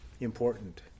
important